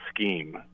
scheme